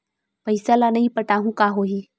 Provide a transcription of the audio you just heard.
पईसा ल नई पटाहूँ का होही?